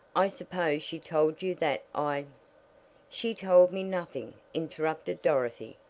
i suppose she told you that i she told me nothing, interrupted dorothy,